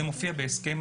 זה מופיע בהסכם